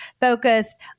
focused